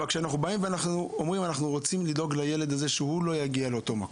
אבל אנחנו אומרים שאנחנו רוצים לילד הזה שהוא לא יגיע לאותו מקום,